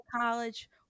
college